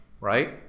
right